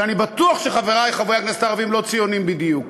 ואני בטוח שחברי חברי הכנסת הערבים לא ציונים בדיוק,